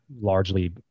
largely